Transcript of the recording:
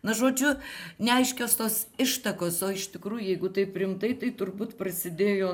na žodžiu neaiškios tos ištakos o iš tikrųjų jeigu taip rimtai tai turbūt prasidėjo